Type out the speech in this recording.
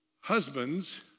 Husbands